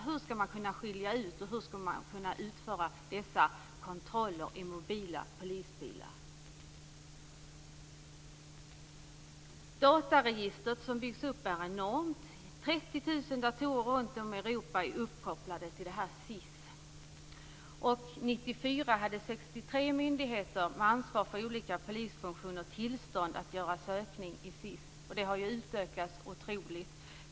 Hur skall man kunna skilja ut dem, och hur skall man kunna utföra dessa kontroller i mobila polisbilar? Det dataregister som byggs upp är enormt. 30 000 datorer runt om i Europa är uppkopplade till det här SIS. 1994 hade 63 myndigheter med ansvar för olika polisfunktioner tillstånd att göra sökningar i SIS, och det har utökats otroligt.